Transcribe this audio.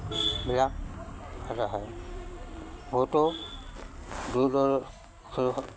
বিয়া ভেটা হয় বহুতো দূৰ দূৰৰ